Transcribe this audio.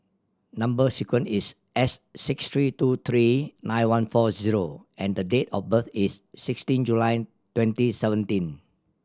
number sequence is S six three two three nine one four zero and the date of birth is sixteen July twenty seventeen